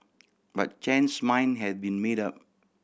but Chen's mind had been made up